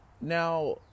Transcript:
now